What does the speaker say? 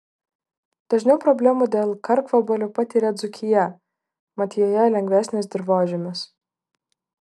dažniau problemų dėl karkvabalių patiria dzūkija mat joje lengvesnis dirvožemis